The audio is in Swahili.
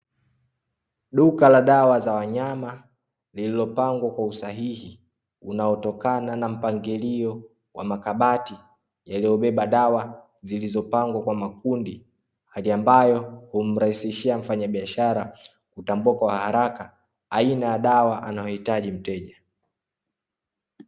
Duka la dawa za wanyama lililopangwa kwa usahihi unaotokana na mpangilio wa makabati yaliyobeba dawa zilizopangwa kwa makundi hali ambayo humrahisishia mfanya biashara kutambua kwa haraka aina ya dawa anayohitaji mteja.